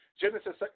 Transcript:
Genesis